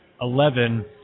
eleven